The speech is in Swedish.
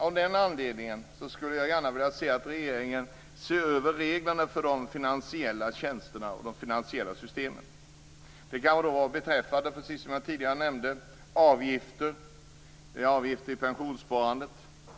Av den anledningen skulle jag gärna vilja se att regeringen ser över reglerna för de finansiella tjänsterna och de finansiella systemen. Det kan vara, som jag tidigare nämnde, beträffande avgifter till pensionssparande,